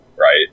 right